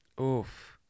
Oof